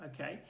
okay